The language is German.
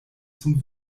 zum